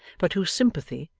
but whose sympathy,